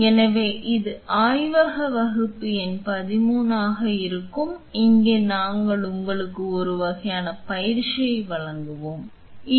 எனவே இது ஆய்வக வகுப்பு எண் 13 ஆக இருக்கும் இங்கே நாங்கள் உங்களுக்கு ஒரு வகையான பயிற்சியை வழங்குவோம் நீங்கள் இங்கே இல்லை